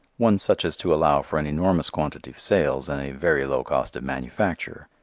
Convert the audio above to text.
one such as to allow for an enormous quantity of sales and a very low cost of manufacture.